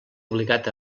obligat